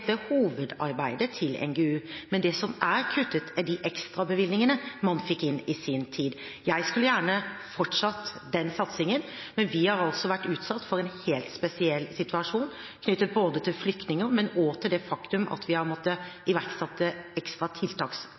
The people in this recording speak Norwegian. som er kuttet, er de ekstrabevilgningene man fikk inn i sin tid. Jeg skulle gjerne fortsatt den satsingen, men vi har altså vært utsatt for en helt spesiell situasjon knyttet til både flyktninger og det faktum at vi har måttet iverksette ekstra